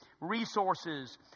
resources